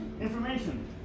information